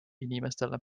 inimestele